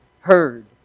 heard